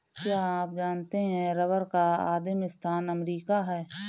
क्या आप जानते है रबर का आदिमस्थान अमरीका है?